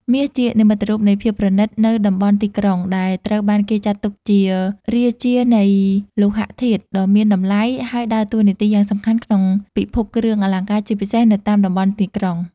មាសជានិមិត្តរូបនៃភាពប្រណិតនៅតំបន់ទីក្រុង ដែល ត្រូវបានគេចាត់ទុកជារាជានៃលោហៈធាតុដ៏មានតម្លៃ ហើយដើរតួនាទីយ៉ាងសំខាន់ក្នុងពិភពគ្រឿងអលង្ការ ជាពិសេសនៅតាមតំបន់ទីក្រុង។